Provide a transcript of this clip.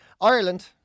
Ireland